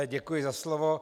Děkuji za slovo.